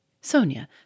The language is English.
Sonia